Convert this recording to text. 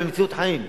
אלא ממציאות חיים.